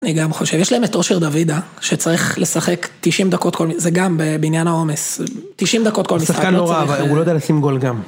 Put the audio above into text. אני גם חושב, יש להם את אושר דוידה, שצריך לשחק 90 דקות... זה גם בעניין העומס, 90 דקות כל משחק, לא צריך... שחקן נורא, אבל הוא לא יודע לשים גול גם.